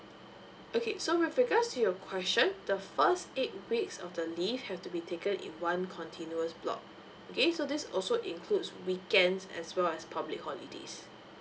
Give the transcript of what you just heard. okay so with regards to your question the first eight weeks of the leave have to be taken in one continuous block okay so this also includes weekends as well as public holidays